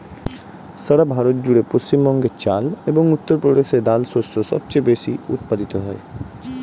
সারা ভারত জুড়ে পশ্চিমবঙ্গে চাল এবং উত্তরপ্রদেশে ডাল শস্য সবচেয়ে বেশী উৎপাদিত হয়